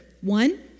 one